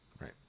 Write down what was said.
Right